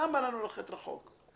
למה לנו ללכת רחוק?